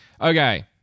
Okay